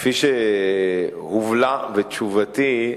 כפי שהובלע בתשובתי,